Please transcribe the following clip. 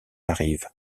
arrive